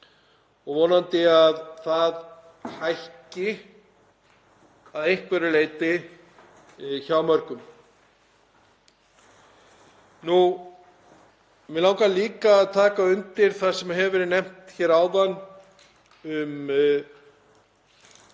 og vonandi að það hækki að einhverju leyti hjá mörgum. Mig langar líka að taka undir það sem hefur verið nefnt hér um